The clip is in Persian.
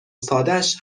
سادش